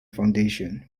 foundation